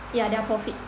yeah their profit